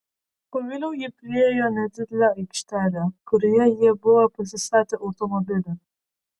pagaliau ji priėjo nedidelę aikštelę kurioje jie buvo pasistatę automobilį